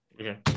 Okay